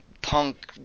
punk